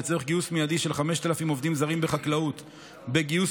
לצורך גיוס מיידי של 5,000 עובדים זרים בחקלאות בגיוס